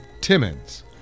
Timmons